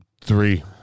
three